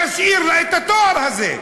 תשאיר לה את התואר הזה.